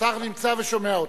השר נמצא ושומע אותך.